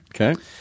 Okay